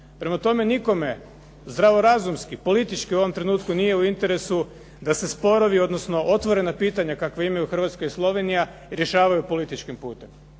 Prema tome, nikome zdravorazumski, politički u ovome trenutku nije u interesu da se sporovi, odnosno otvorena pitanja kakva imaju Hrvatska i Slovenija rješavaju političkim putem.